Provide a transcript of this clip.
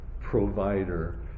provider